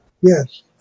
Yes